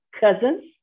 cousins